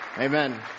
Amen